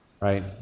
Right